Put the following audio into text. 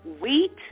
wheat